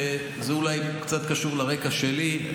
וזה אולי קצת קשור לרקע שלי,